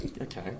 Okay